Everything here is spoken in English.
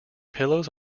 pillows